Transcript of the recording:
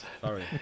sorry